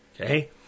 Okay